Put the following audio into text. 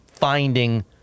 finding